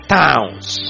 towns